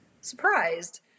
surprised